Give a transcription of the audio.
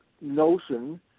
notion